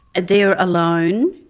they're alone,